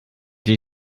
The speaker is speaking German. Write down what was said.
die